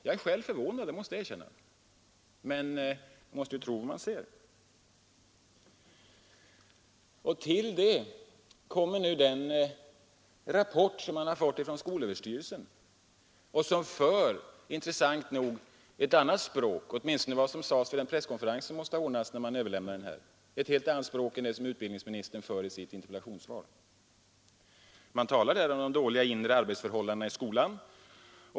Jag är själv förvånad, det måste jag erkänna, men man måste ju tro vad man ser. Till detta kommer nu den rapport som man lagt fram från skolöverstyrelsen och som, intressant nog, för ett annat språk — åtminstone vid den presskonferens som måste ha anordnats när rapporten överlämnades — än det språk utbildningsministern för i sitt interpellationssvar. Man talar i rapporten om de dåliga inre arbetsförhållandena i skolan.